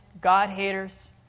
God-haters